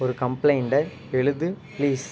ஒரு கம்ப்ளைண்டை எழுது பிளீஸ்